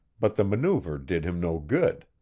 but the maneuver did him no good.